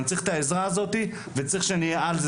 אני צריך את העזרה הזאתי ואני צריך שנהיה על זה,